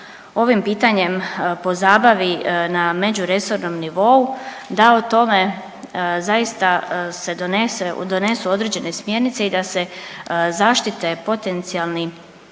ovim pitanjem pozabavi na međuresornom nivou, da o tome zaista se donesu određene smjernice i da se zaštite potencijalni